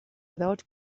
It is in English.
without